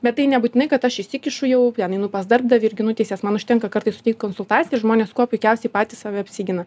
bet tai nebūtinai kad aš įsikišu jau vien einu pas darbdavį ir ginu teises man užtenka kartais suteikt konsultaciją ir žmonės kuo puikiausiai patys save apsigina